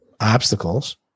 obstacles